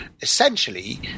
essentially